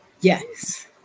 Yes